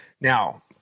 Now